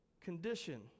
condition